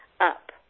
up